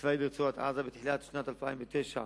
צבאית ברצועת-עזה בתחילת שנת 2009,